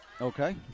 Okay